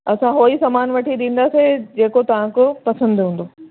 असां उहो ई सामानु वठी ॾींदासीं जेको तव्हांजो पसंदि ईंदो